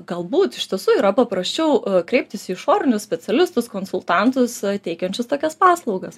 galbūt iš tiesų yra paprasčiau kreiptis į išorinius specialistus konsultantus teikiančias tokias paslaugas